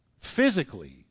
Physically